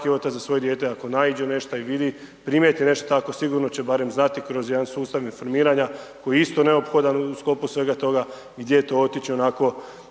otac za svoje dijete, ako naiđe nešto i vidi, primijeti nešto takvo sigurno će barem znati, kroz jedan sustav reformiranja koji je isto neophodan u sklopu svega toga, gdje to otići onako